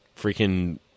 Freaking